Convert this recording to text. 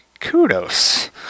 kudos